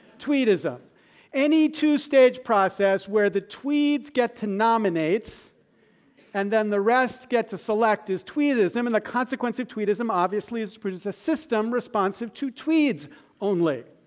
any two stage process where the tweeds get to nominate and then the rest get to select is tweedism. and the consequence of tweedism, obviously, is is producing a system responsive to tweeds only.